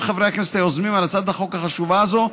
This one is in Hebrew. חברי הכנסת היוזמים על הצעת החוק החשובה הזאת,